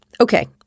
Okay